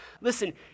listen